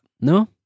No